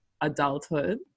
adulthood